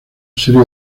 serie